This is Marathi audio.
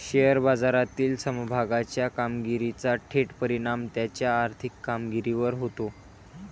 शेअर बाजारातील समभागाच्या कामगिरीचा थेट परिणाम त्याच्या आर्थिक कामगिरीवर होतो